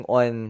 on